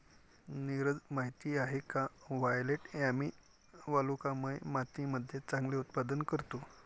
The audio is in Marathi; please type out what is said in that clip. नीरज माहित आहे का वायलेट यामी वालुकामय मातीमध्ये चांगले उत्पादन करतो?